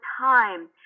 time